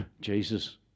Jesus